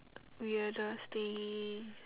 weirdest thing